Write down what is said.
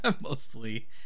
mostly